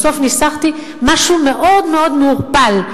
בסוף ניסחתי משהו מאוד מאוד מעורפל,